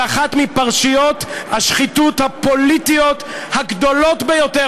על אחת מפרשיות השחיתות הפוליטיות הגדולות ביותר,